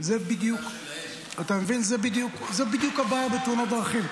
--- אתה מבין, זו בדיוק הבעיה בתאונות דרכים.